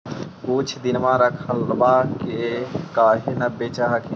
कुछ दिनमा रखबा के काहे न बेच हखिन?